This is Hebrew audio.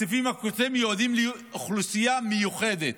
הכספים הקואליציוניים מיועדים לאוכלוסייה מיוחדת,